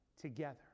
together